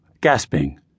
gasping